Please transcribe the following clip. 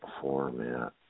format